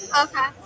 Okay